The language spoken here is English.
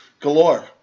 Galore